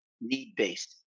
need-based